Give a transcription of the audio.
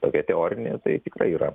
tokia teorinė tai tikrai yra